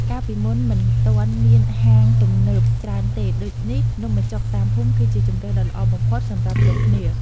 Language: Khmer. កាលពីមុនមិនទាន់មានហាងទំនើបច្រើនទេដូចនេះនំបញ្ចុកតាមភូមិគឺជាជម្រើសដ៏ល្អបំផុតសម្រាប់គ្រប់គ្នា។